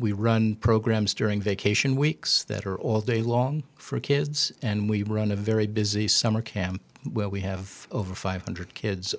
we run programs during vacation weeks that are all day long for kids and we run a very busy summer camp where we have over five hundred kids